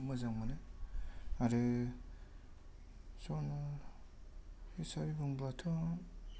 फोरखौ मोजां मोनो आरो जनरा बिसय बुंब्लाथ'